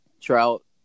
Trout